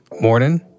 Morning